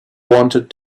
wanted